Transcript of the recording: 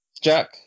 Jack